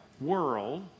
world